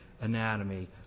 anatomy